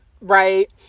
right